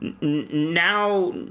Now